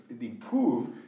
improve